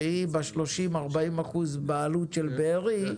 שהיא ב-40-30 אחוזים בעלות של בארי,